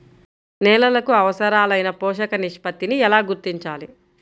నేలలకు అవసరాలైన పోషక నిష్పత్తిని ఎలా గుర్తించాలి?